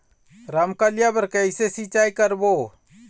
रमकलिया बर कइसे सिचाई करबो?